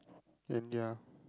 and ya